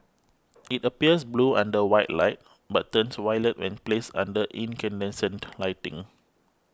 it appears blue under white light but turns violet when placed under incandescent lighting